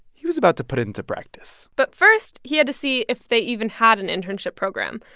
he was about to put it into practice but first, he had to see if they even had an internship program.